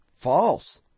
false